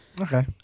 okay